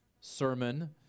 sermon